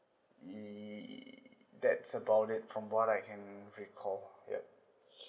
ye~ that's about it from what I can recall yup